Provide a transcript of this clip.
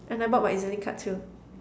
and I brought my E_Z-link card too